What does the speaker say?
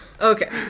Okay